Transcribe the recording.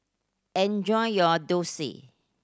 enjoy your dosa